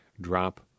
drop